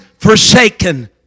forsaken